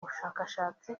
bushakashatsi